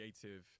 creative